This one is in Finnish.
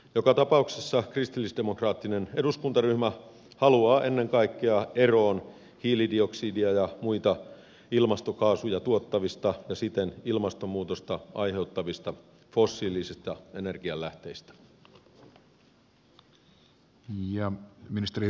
joka tapauksessa kristillisdemokraattinen eduskuntaryhmä haluaa ennen kaikkea eroon hiilidioksidia ja muita ilmastokaasuja tuottavista ja siten ilmastonmuutosta aiheuttavista fossiilisista energianlähteistä